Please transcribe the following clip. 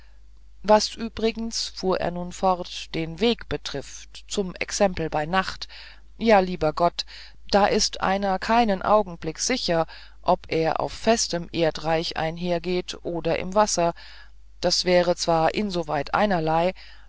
was übrigens fuhr er nun fort den weg betrifft zum exempel bei nacht ja lieber gott da ist einer keinen augenblick sicher ob er auf festem erdreich einhergeht oder im wasser das wäre zwar insoweit einerlei